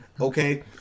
Okay